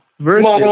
Versus